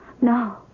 No